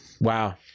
Wow